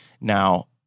Now